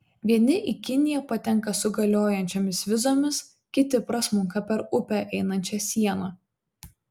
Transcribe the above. vieni į kiniją patenka su galiojančiomis vizomis kiti prasmunka per upę einančią sieną